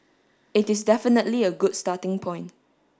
it is definitely a good starting point